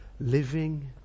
living